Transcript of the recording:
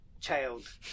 child